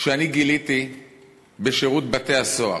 שאני גיליתי בשירות בתי-הסוהר,